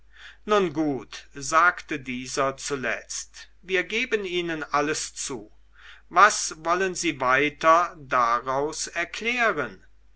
nun gut sagte dieser zuletzt wir geben ihnen alles zu was wollen sie weiter daraus erklären